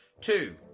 Two